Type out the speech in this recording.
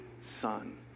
son